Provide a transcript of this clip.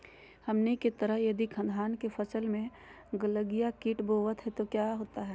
हमनी के तरह यदि धान के फसल में गलगलिया किट होबत है तो क्या होता ह?